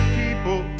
people